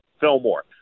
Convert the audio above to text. Fillmore